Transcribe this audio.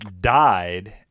died